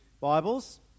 Bibles